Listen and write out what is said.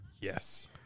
Yes